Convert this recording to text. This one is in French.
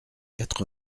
quatre